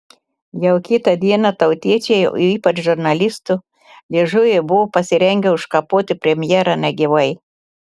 jau kitą dieną tautiečiai o ypač žurnalistų liežuviai buvo pasirengę užkapoti premjerą negyvai